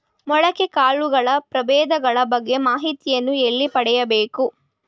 ಮೊಳಕೆ ಕಾಳುಗಳ ಪ್ರಭೇದಗಳ ಬಗ್ಗೆ ಮಾಹಿತಿಯನ್ನು ಎಲ್ಲಿ ಪಡೆಯಬೇಕು?